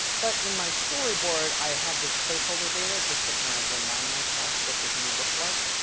but in my storyboard, i had this placeholder data just to kind of remind myself what the view looked like.